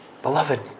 Beloved